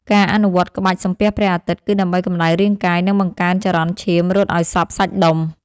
ការអនុវត្តក្បាច់ សំពះព្រះអាទិត្យ គឺដើម្បីកម្ដៅរាងកាយ និងបង្កើនចរន្តឈាមរត់ឱ្យសព្វសាច់ដុំ។